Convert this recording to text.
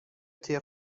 توی